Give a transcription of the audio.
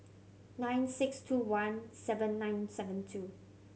nine six two one seven nine seven two